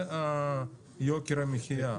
זה יוקר המחיה.